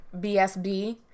BSB